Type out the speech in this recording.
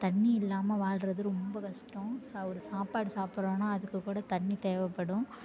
தண்ணி இல்லாமல் வாழ்வது ரொம்ப கஷ்டம் ஒரு சா சாப்பாடு சாப்பிட்றோன்னா அதுக்கு கூட தண்ணி தேவைப்படும்